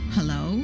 Hello